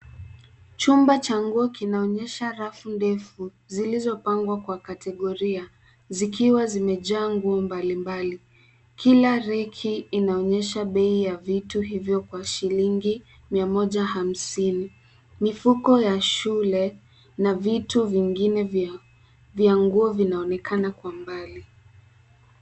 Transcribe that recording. Chumba cha nguo kinaonyesha rafu ndefu zilizopangwa kwa kategoria zikiwa zimejaa nguo mbalimbali. Kila reki inaonyesha bei ya vitu hivyo kwa shilingi mia moja hamsini. Mifuko ya shule na vitu vingine vya nguo vinaonekana kwa mbali.